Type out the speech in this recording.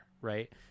right